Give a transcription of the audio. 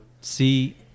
see